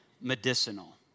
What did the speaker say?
medicinal